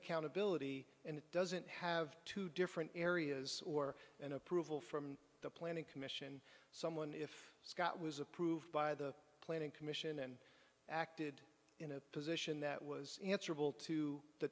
accountability and it doesn't have two different areas or an approval from the planning commission someone if scott was approved by the planning commission and acted in a position that was answerable to the